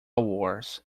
wars